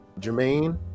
jermaine